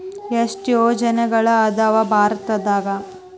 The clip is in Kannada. ಎಷ್ಟ್ ಯೋಜನೆಗಳ ಅದಾವ ಭಾರತದಾಗ?